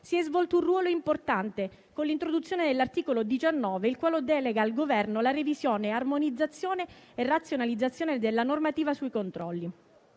si è svolto un ruolo importante con l'introduzione dell'articolo 19, che delega al Governo la revisione, l'armonizzazione e la razionalizzazione della normativa sui controlli.